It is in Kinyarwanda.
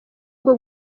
bwo